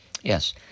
Yes